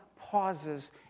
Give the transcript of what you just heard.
pauses